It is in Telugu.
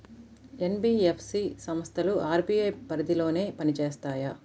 ఎన్.బీ.ఎఫ్.సి సంస్థలు అర్.బీ.ఐ పరిధిలోనే పని చేస్తాయా?